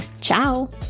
Ciao